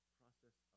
process